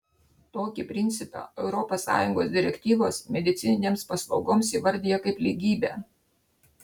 tokį principą europos sąjungos direktyvos medicininėms paslaugoms įvardija kaip lygybę